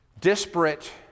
disparate